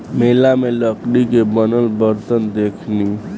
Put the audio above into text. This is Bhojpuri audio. मेला में लकड़ी के बनल बरतन देखनी